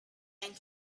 and